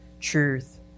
Truth